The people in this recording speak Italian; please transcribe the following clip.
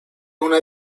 una